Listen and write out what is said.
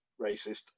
racist